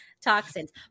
toxins